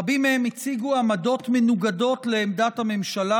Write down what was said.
רבים מהם הציגו עמדות מנוגדות לעמדת הממשלה